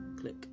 click